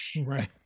Right